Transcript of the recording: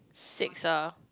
six ah